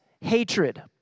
hatred